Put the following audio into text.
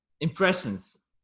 impressions